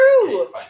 true